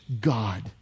God